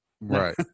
right